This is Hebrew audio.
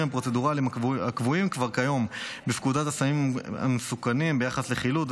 הפרוצדורליים הקבועים כבר כיום בפקודת הסמים המסוכנים ביחס לחילוט,